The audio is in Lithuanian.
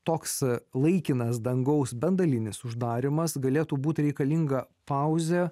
toks laikinas dangaus bent dalinis uždarymas galėtų būti reikalinga pauzė